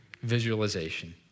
visualization